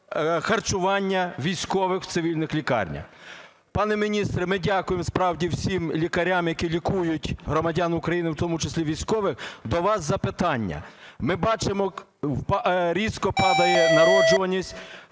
харчування військових в цивільних лікарнях. Пане міністре, ми дякуємо, справді, всім лікарям, які лікують громадян України, в тому числі військових. До вас запитання. Ми бачимо, різко падає народжуваність.